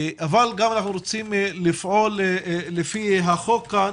אבל גם אנחנו רוצים לפעול לפי החוק כאן